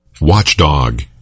Watchdog